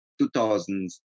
2000s